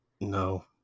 No